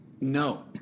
No